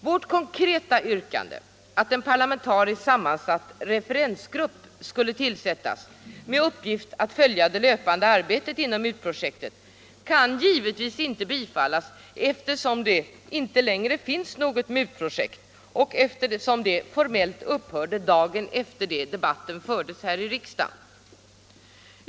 Vårt konkreta yrkande att en parlamentariskt sammansatt referensgrupp skulle tillsättas med uppgift att följa det löpande arbetet inom MUT-projektet kan givetvis inte bifallas, eftersom det inte längre finns något MUT-projekt och eftersom det formellt upphörde dagen efter det debatten fördes här i riksdagen.